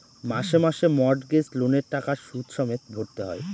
মাসে মাসে মর্টগেজ লোনের টাকা সুদ সমেত ভরতে হয়